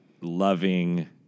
loving